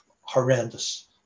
horrendous